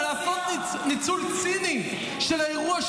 אבל הכול ניצול ציני של האירוע,